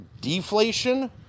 deflation